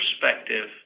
perspective